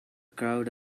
crowd